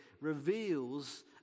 reveals